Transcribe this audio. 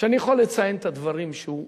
שאני יכול לציין את הדברים שהוא עשה.